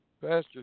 Pastor